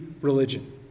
religion